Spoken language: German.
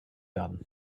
werden